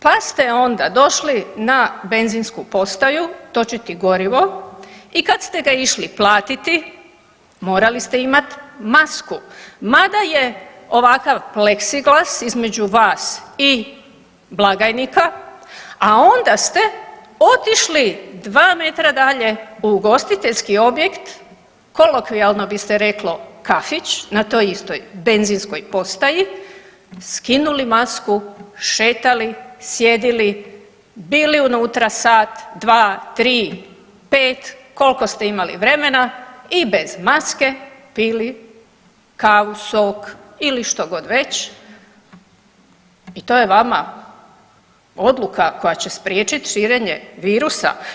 Pa ste onda došli na benzinsku postaju točiti gorivo i kad ste ga išli platiti, morali ste imati masku, mada je ovakav pleksiglas između vas i blagajnika, a onda ste otišli 2 metra dalje u ugostiteljski objekt, kolokvijalno bi se reklo, kafić na toj istoj benzinskoj postaju, skinuli masku, šetali, sjedili, bili unutra sat, dva, tri, pet, koliko ste imali vremena i bez maske pili kavu, sok ili što god već i to je vama odluka koja će spriječiti širenje virusa?